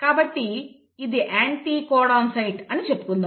కాబట్టి ఇది anticodon site అని చెప్పుకుందాం